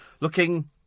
looking